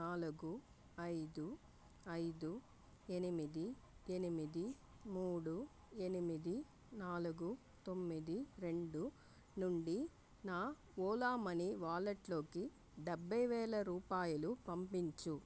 నాలుగు ఐదు ఐదు ఎనిమిది ఎనిమిది మూడు ఎనిమిది నాలుగు తొమ్మిది రెండు నుండి నా ఓలా మనీ వాలెట్లోకి డెబ్బై వేల రూపాయలు పంపించు